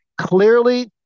clearly